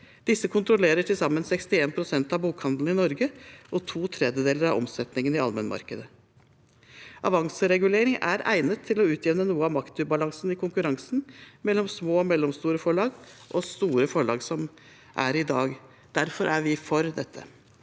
Disse kontrollerer til sammen 61 pst. av bokhandlene i Norge og to tredjedeler av omsetningen i allmennmarkedet. Avanseregulering er egnet til å utjevne noe av maktubalansen som er der i dag i konkurransen mellom de små og mellomstore forlagene og de store forlagene. Derfor er vi for dette.